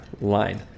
line